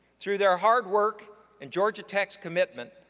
through their hard work and georgia tech's commitment,